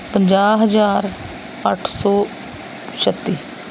ਪੰਜਾਹ ਹਜ਼ਾਰ ਅੱਠ ਸੌ ਛੱਤੀ